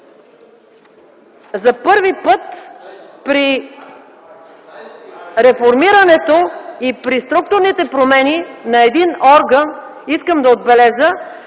За първи път при реформирането и при структурните промени на един орган, искам да отбележа,